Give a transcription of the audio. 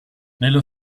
nello